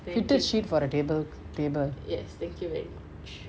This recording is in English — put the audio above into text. fitted sheet for a table table